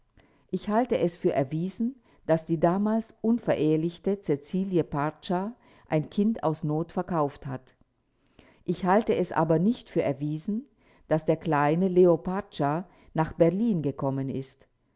ich halte es für erwiesen daß die damals unverehelichte cäcilie parcza ein kind aus not verkauft hat ich halte es aber nicht für erwiesen daß der kleine leo parcza nach berlin gekommen ist